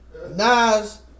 Nas